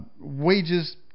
wages